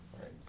Right